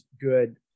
good